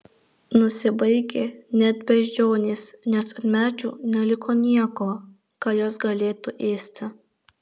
nusibaigė net beždžionės nes ant medžių neliko nieko ką jos galėtų ėsti